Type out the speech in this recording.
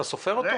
אתה סופר אותו?